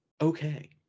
okay